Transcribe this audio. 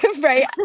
Right